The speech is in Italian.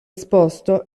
esposto